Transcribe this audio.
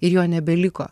ir jo nebeliko